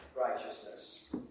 righteousness